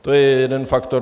To je jeden faktor.